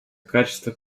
качество